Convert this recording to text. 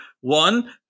one